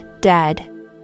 dead